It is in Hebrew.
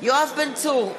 יואב בן צור,